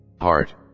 heart